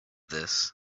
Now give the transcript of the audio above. this